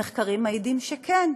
המחקרים מעידים שכן.